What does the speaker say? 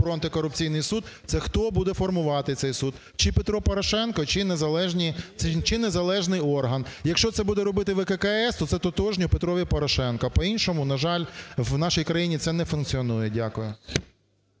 про антикорупційний суд - це хто буде формувати цей суд: чи Петро Порошенко, чи незалежний орган. Якщо це буде робити ВККС, то це тотожно Петрові Порошенко. По-іншому, на жаль, в нашій країні це не функціонує. Дякую.